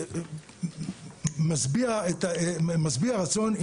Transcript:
משביע רצון,